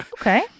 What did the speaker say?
Okay